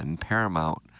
Paramount